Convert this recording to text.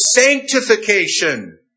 sanctification